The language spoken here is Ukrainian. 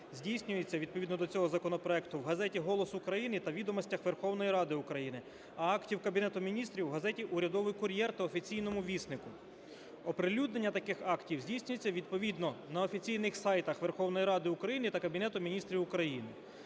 здійснюється відповідно до цього законопроекту в газеті "Голос України" та "Відомостях Верховної Ради України", а актів Кабінету Міністрів - в газеті "Урядовий кур'єр" та "Офіційному віснику". Оприлюднення таких актів здійснюється відповідно на офіційних сайтах Верховної Ради України та Кабінету Міністрів України.